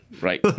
right